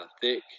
thick